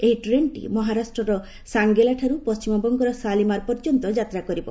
ଏହି ଟ୍ରେନ୍ଟି ମହାରାଷ୍ଟ୍ରର ସାଙ୍ଗେଲାଠାରୁ ପଣ୍ଟିମବଙ୍ଗର ଶାଲିମାର୍ ପର୍ଯ୍ୟନ୍ତ ଯାତ୍ରା କରିବ